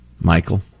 Michael